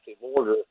order